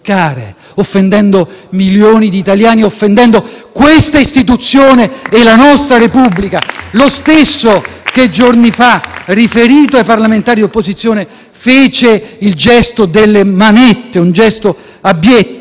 senatore che giorni fa, riferito ai parlamentari di opposizione, fece il gesto delle manette: un gesto abietto. Egli, intervistato dal «Corriere della Sera», a proposito del salvataggio di Salvini, ha detto che il Ministro dell'interno «deve essere libero